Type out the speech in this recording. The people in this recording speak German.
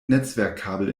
netzwerkkabel